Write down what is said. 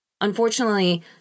Unfortunately